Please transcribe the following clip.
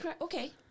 okay